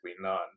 none